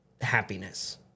happiness